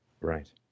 Right